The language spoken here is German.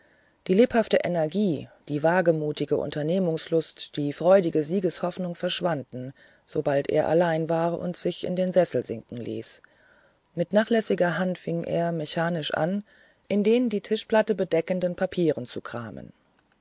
die lebhafte energie die wagemutige unternehmungslust die freudige siegeshoffnung verschwanden sobald er allein war und sich in den sessel sinken ließ mit nachlässiger hand fing er mechanisch an in den die tischplatte bedeckenden papieren zu kramen